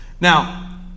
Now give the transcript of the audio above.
Now